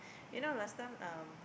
you know last time um